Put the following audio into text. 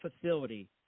facility